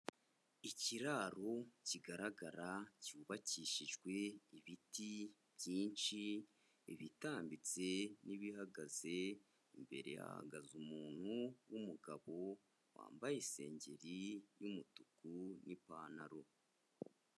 Ikiraro kigaragara cyubakishijwe ibiti byinshi ibitambitse n'ibihagaze, imbere hahagaze umuntu w'umugabo wambaye isengeri y'umutuku n'ipantaro.